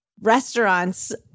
restaurants